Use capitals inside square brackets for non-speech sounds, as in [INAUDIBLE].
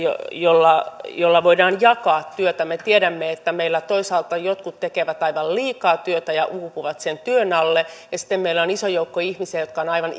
joilla voidaan jakaa työtä me tiedämme että meillä toisaalta jotkut tekevät aivan liikaa työtä ja uupuvat sen työn alle ja sitten meillä on iso joukko ihmisiä jotka ovat aivan [UNINTELLIGIBLE]